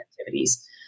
activities